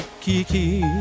kiki